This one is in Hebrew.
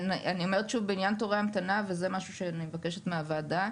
אני אומרת שוב בעניין תורי המתנה וזה משהו שאני מבקשת מהוועדה,